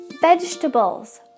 vegetables